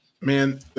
Man